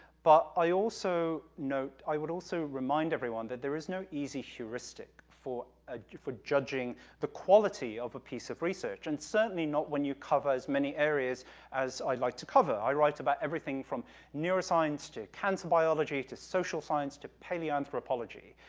but i also note, i would also remind everyone that there is no easy heuristic for ah for judging the quality of a piece of research, and certainly not when you cover as many areas as i like to cover. i write about everything from neuroscience to cancer biology to social science to pail anthropology.